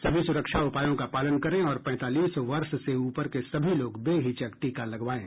सभी सुरक्षा उपायों का पालन करें और पैंतालीस वर्ष से ऊपर के सभी लोग बेहिचक टीका लगवाएं